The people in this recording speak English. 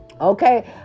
okay